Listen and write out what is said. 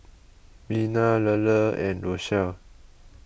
Mina Lela and Rochelle